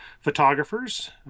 photographers